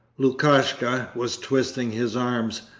lukashka was twisting his arms.